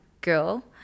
girl